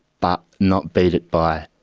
but not beat it by